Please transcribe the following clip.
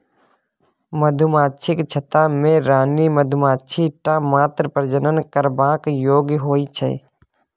मधुमाछीक छत्ता मे रानी मधुमाछी टा मात्र प्रजनन करबाक योग्य होइ छै